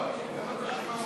כהצעת